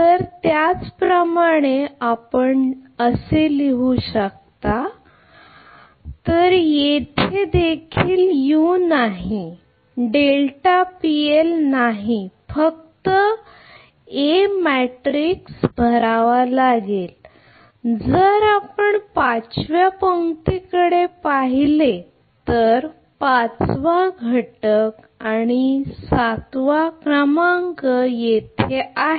तर त्याचप्रमाणे आपण लिहू शकता तर येथे देखील u नाही नाही फक्त A मॅट्रिक्स भरावा लागेल जर आपण पाचव्या पंक्तीकडे पाहिले तर पाचवा घटक आणि सातवा क्रमांक येथे आहे